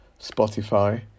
Spotify